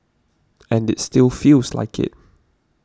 and it still feels like it